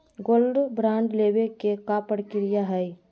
Gold bond लेवे के का प्रक्रिया हई?